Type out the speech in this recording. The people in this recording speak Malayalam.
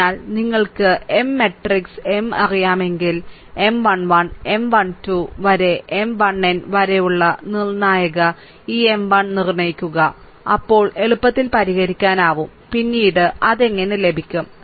അതിനാൽ നിങ്ങൾക്ക് M മാട്രിക്സ് m അറിയാമെങ്കിൽ M 1 1 M 1 2 വരെ M 1n വരെയുള്ള നിർണ്ണായകമായ ഈ M 1 നിർണ്ണയിക്കുക അപ്പോൾ എളുപ്പത്തിൽ പരിഹരിക്കാനാകും പിന്നെ അത് എങ്ങനെ ലഭിക്കും